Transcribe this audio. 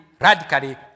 radically